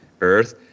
Earth